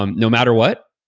um no matter what,